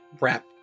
wrap